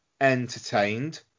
entertained